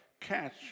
catch